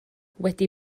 wedi